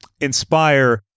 inspire